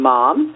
Mom